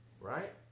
right